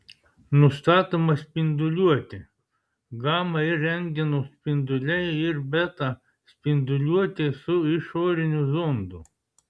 nustatoma spinduliuotė gama ir rentgeno spinduliai ir beta spinduliuotė su išoriniu zondu